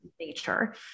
nature